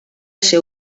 ser